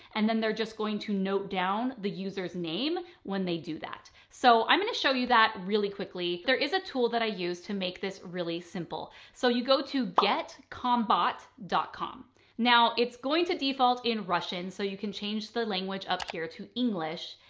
and then they're just going to note down the user's name when they do that. so i'm going to show you that really quickly. there is a tool that i use to make this really simple. so you go to getcombot but dot com now it's going to default in russian, so you can change the language up here to english.